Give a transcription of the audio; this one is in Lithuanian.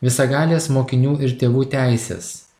visagalės mokinių ir tėvų teisės